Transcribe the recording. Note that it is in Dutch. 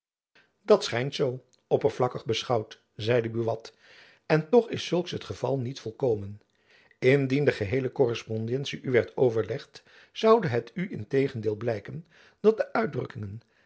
dat schijnt zoo oppervlakkig beschouwd zeide buat en toch is zulks het geval niet volkomen indien de geheele korrespondentie u werd voorgelegd zoude het u in tegendeel blijken dat de uitdrukkingen